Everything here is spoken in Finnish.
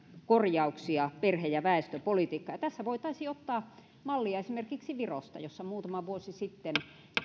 korjauksia perhe ja väestöpolitiikkaan tässä voitaisiin ottaa mallia esimerkiksi virosta jossa muutama vuosi sitten